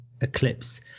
eclipse